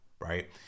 right